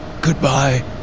Goodbye